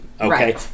okay